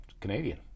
Canadian